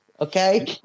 Okay